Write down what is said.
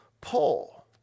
pull